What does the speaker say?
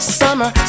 summer